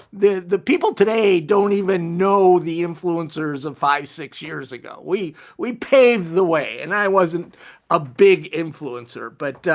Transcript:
the the people today don't even know the influencers of five, six years ago. we we paved the way and i wasn't a big influencer but